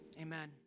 Amen